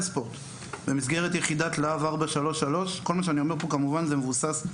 כמובן שכל מה שאני אומר כאן מבוסס,